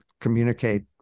communicate